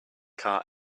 car